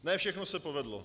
Ne všechno se povedlo.